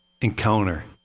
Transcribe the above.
encounter